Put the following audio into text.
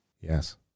Yes